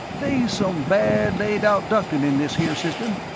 they's some bad laid-out ductin' in this here system.